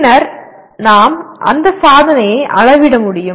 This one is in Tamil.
பின்னர் நாம் அந்த சாதனையை அளவிட முடியும்